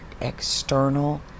external